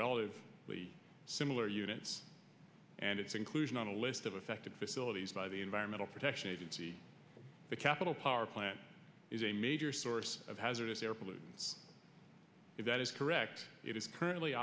relative similar units and its inclusion on a list of affected facilities by the environmental protection agency the capital power plant is a major source of hazardous air pollutants if that is correct it is currently